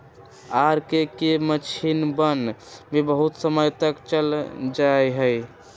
R K की मक्षिणवन भी बहुत समय तक चल जाहई